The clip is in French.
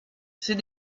ses